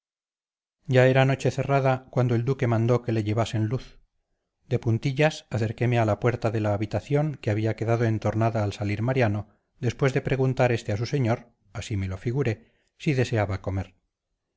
ya era noche cerrada cuando el duque mandó que le llevasen luz de puntillas acerqueme a la puerta de la habitación que había quedado entornada al salir mariano después de preguntar este a su señor así me lo figuré si deseaba comer